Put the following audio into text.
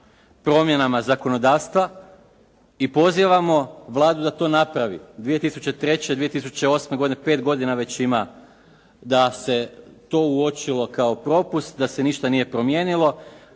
promjenama zakonodavstva i pozivamo Vladu da to napravi. 2003., 2008. godine, 5 godina već ima da se to uočilo kao propust i da se ništa nije promijenilo.